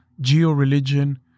geo-religion